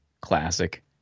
classic